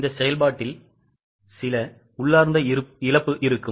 இந்த செயல்பாட்டில் சில உள்ளார்ந்த இழப்பு இருக்கும்